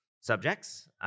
subjects